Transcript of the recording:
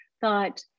thought